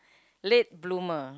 late bloomer